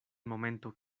momento